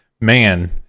Man